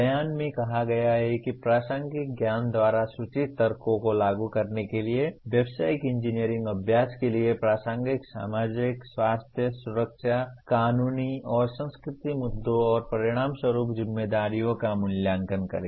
बयान में कहा गया है कि प्रासंगिक ज्ञान द्वारा सूचित तर्क को लागू करने के लिए व्यावसायिक इंजीनियरिंग अभ्यास के लिए प्रासंगिक सामाजिक स्वास्थ्य सुरक्षा कानूनी और सांस्कृतिक मुद्दों और परिणामस्वरूप जिम्मेदारियों का मूल्यांकन करें